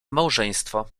małżeństwo